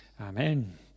Amen